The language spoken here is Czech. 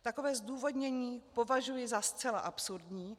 Takové zdůvodnění považuji za zcela absurdní.